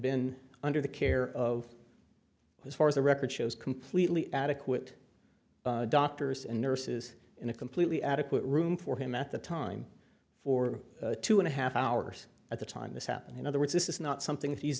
been under the care of as far as the record shows completely adequate doctors and nurses in a completely adequate room for him at the time for two and a half hours at the time this happened in other words this is not something